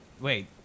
Wait